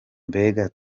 mbega